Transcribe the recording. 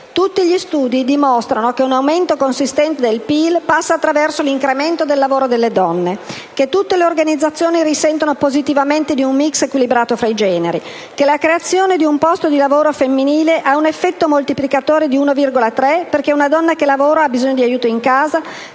Tutti gli studi dimostrano che un aumento consistente del PIL passa attraverso l'incremento del lavoro delle donne; che tutte le organizzazioni risentono positivamente di un *mix* equilibrato tra i generi; che la creazione di un posto di lavoro femminile ha un effetto moltiplicatore di 1,3, perché una donna che lavora ha bisogno di aiuto in casa,